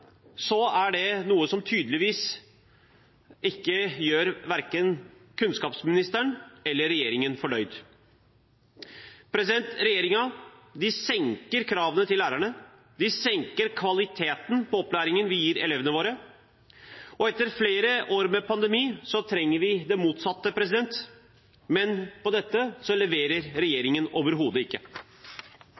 det tydeligvis ikke gjør verken kunnskapsministeren eller regjeringen fornøyd. Regjeringen senker kravene til lærerne. De senker kvaliteten på opplæringen vi gir elevene våre. Etter flere år med pandemi trenger vi det motsatte, men på dette leverer regjeringen overhodet ikke.